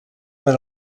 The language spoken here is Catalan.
per